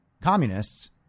communists